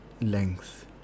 length